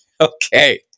Okay